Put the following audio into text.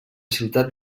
ciutat